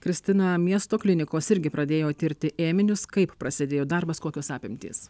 kristina miesto klinikos irgi pradėjo tirti ėminius kaip prasidėjo darbas kokios apimtys